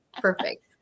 Perfect